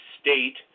state